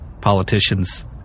politicians